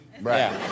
Right